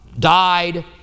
died